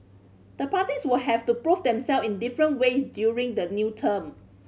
the parties will have to prove themselves in different ways during the new term